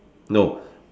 no